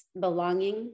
belonging